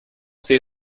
see